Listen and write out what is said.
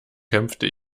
kämpfte